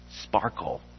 sparkle